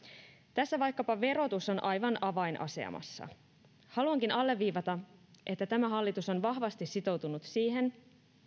tässä vaikkapa verotus on aivan avainasemassa haluankin alleviivata että tämä hallitus on vahvasti sitoutunut siihen